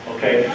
Okay